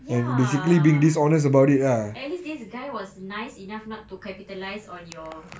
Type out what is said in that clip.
ya at least this guy was nice enough not to capitalise on your